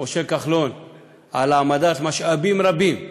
משה כחלון על העמדת משאבים רבים,